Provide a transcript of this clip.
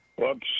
Whoops